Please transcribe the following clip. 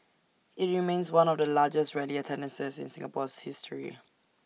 IT remains one of the largest rally attendances in Singapore's history